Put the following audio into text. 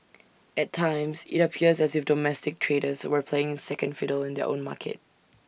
at times IT appears as if domestic traders were playing second fiddle in their own market